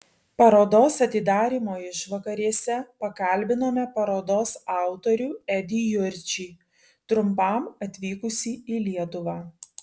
parodos atidarymo išvakarėse pakalbinome parodos autorių edį jurčį trumpam atvykusį į lietuvą